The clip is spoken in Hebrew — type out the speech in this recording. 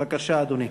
בבקשה, אדוני.